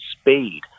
speed